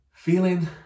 Feeling